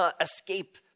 escape